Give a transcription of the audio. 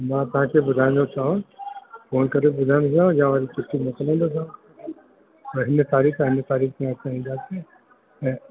मां तव्हांखे ॿुधाइण थो चाहियां फोन करे ॿुधाइणु थो चाहियां या वरी चिठी मोकिलंदसि मां भई हीअं तारीख़ हीअं तारीख़ इहा ईंदसि न